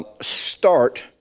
start